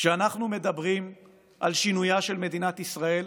כשאנחנו מדברים על שינויה של מדינת ישראל,